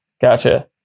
Gotcha